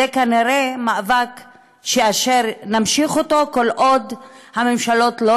זה כנראה מאבק שיימשך כל עוד הממשלות לא